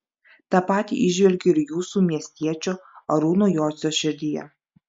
tą patį įžvelgiu ir jūsų miestiečio arūno jocio širdyje